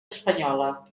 espanyola